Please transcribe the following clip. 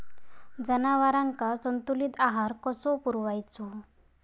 जनावरांका संतुलित आहार कसो पुरवायचो?